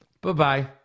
Bye-bye